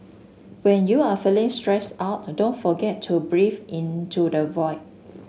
when you are feeling stressed out don't forget to breathe into the void